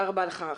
תודה רבה לך.